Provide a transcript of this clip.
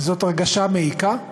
זאת הרגשה מעיקה,